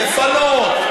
לפנות,